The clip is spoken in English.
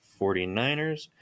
49ers